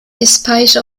despite